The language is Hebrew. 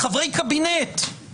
חברי קבינט עוברים שימוע.